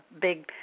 big –